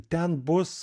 ten bus